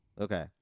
Okay